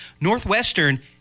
Northwestern